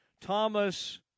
Thomas